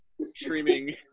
streaming